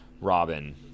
Robin